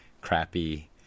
crappy